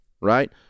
right